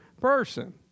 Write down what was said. person